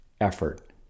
effort